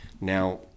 Now